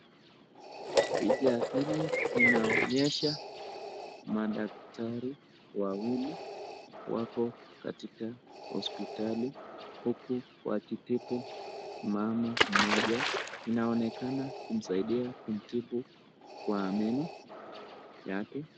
Picha hili linaonyesha madaktari wawili wako katika hospitali uku akitibu mama mmoja. Inaonekana kumsaidia kumtibu kwa meno yake.